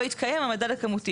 זה לא בשביל הפרוטוקול.